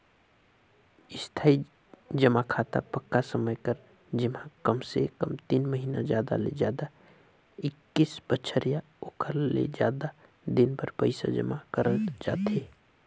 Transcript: इस्थाई जमा खाता पक्का समय बर जेम्हा कमसे कम तीन महिना जादा ले जादा एक्कीस बछर या ओखर ले जादा दिन बर पइसा जमा करल जाथे